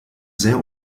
sehr